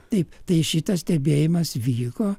taip tai šitas stebėjimas vyko